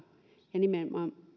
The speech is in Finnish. ja nimenomaan